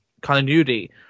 continuity